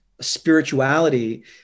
spirituality